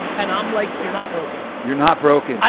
and i'm like, you're not broken. you're not broken,